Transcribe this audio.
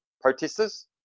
protesters